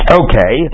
okay